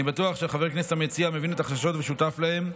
אני בטוח שחבר הכנסת המציע מבין את החששות ושותף להם,